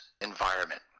environment